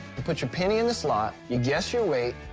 you put your penny in the slot, you guess your weight,